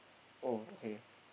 oh okay